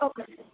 okay sir